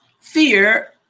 fear